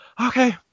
okay